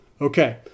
Okay